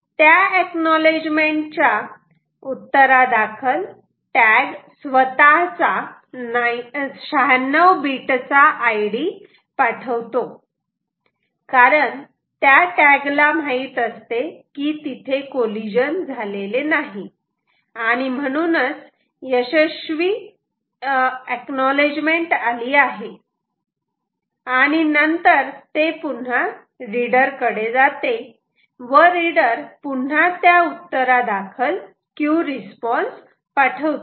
त्या एक्नॉलेजमेंट च्या उत्तरादाखल टॅग स्वतःचा 96 बीट चा आयडी पाठवतो कारण त्या टॅग ला माहित असते की तिथे कॉलिजन झालेले नाही आणि म्हणूनच यशस्वी एक्नॉलेजमेंट आली आहे आणि नंतर ते पुन्हा रीडर कडे जाते व रीडर पुन्हा त्या उत्तरादाखल Q रिस्पॉन्स पाठवतो